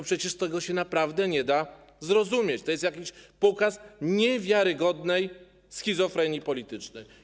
Przecież tego się naprawdę nie da zrozumieć, to jest jakiś pokaz niewiarygodnej schizofrenii politycznej.